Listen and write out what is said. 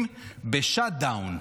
שוועדת הכספים ב-shut down.